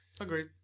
Agreed